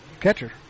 catcher